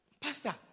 pastor